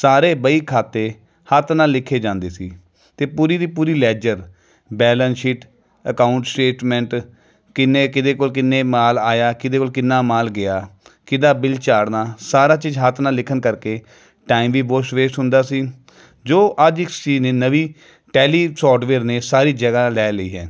ਸਾਰੇ ਵਹੀ ਖਾਤੇ ਹੱਥ ਨਾਲ ਲਿਖੇ ਜਾਂਦੇ ਸੀ ਅਤੇ ਪੂਰੀ ਦੀ ਪੂਰੀ ledger balance sheet account statement ਕਿੰਨੇ ਕਿਹਦੇ ਕੋਲ ਕਿੰਨੇ ਮਾਲ ਆਇਆ ਕਿਹਦੇ ਕੋਲ ਕਿੰਨਾ ਮਾਲ ਗਿਆ ਕਿਹਦਾ ਬਿੱਲ ਚਾੜ੍ਹਨਾ ਸਾਰਾ ਚੀਜ਼ ਹੱਥ ਨਾਲ ਲਿਖਣ ਕਰਕੇ ਟਾਈਮ ਵੀ ਬਹੁਤ ਸ਼ ਵੇਸਟ ਹੁੰਦਾ ਸੀ ਜੋ ਅੱਜ ਇੱਕ ਸੀ ਨਵੀਂ ਟੈਲੀ ਸੋਫਟਵੇਅਰ ਨੇ ਸਾਰੀ ਜਗ੍ਹਾ ਲੈ ਲਈ ਹੈ